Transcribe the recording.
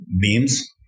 beams